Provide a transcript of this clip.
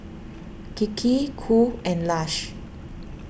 Kiki Qoo and Lush